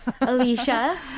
Alicia